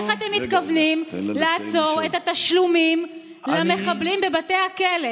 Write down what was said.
איך אתם מתכוונים לעצור את התשלומים למחבלים בבתי הכלא?